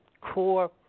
core